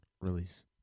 release